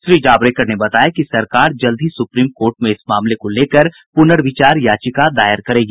श्री जावड़ेकर ने बताया कि सरकार जल्द ही सुप्रीम कोर्ट में इस मामले को लेकर पुनर्विचार याचिका दायर करेगी